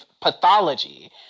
pathology